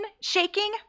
shaking